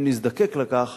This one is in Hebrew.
אם נזדקק לכך